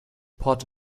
pot